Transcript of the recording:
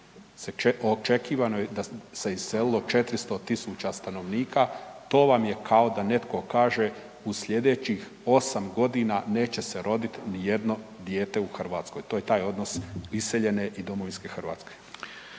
očekivano je da se iselilo 400 tisuća stanovnika, to vam je kao da netko kaže u sljedećih osam godina neće se roditi nijedno dijete u Hrvatskoj, to je taj odnos iseljene i domovinske Hrvatske.